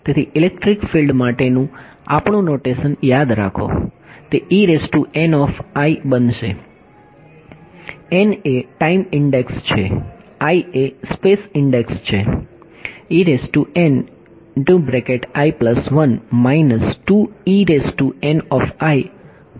તેથી electric field માટેનું આપણું નૉટેશન યાદ રાખો તે બનશે n એ ટાઈમ ઈન્ડેક્સ છે i એ સ્પેસ ઈન્ડેક્સ છે